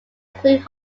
include